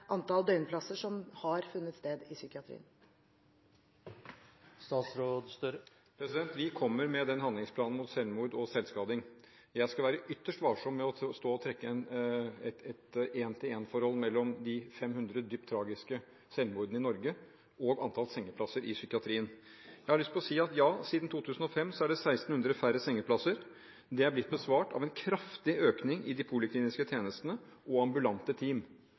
antall døgnplasser som har funnet sted i psykiatrien? Vi kommer med den handlingsplanen mot selvmord og selvskading. Jeg skal være ytterst varsom med å stå og trekke et en-til-en-forhold mellom de 500 dypt tragiske selvmordene og antall sengeplasser i psykiatrien. Jeg har lyst til å si at ja, siden 2005 er det 1 600 færre sengeplasser. Det er blitt besvart av en kraftig økning i de polikliniske tjenestene og ambulante team,